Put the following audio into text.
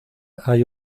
hay